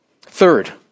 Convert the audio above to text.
Third